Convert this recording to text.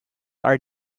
are